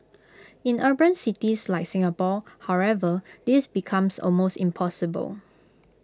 in urban cities like Singapore however this becomes almost impossible